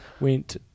went